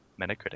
Metacritic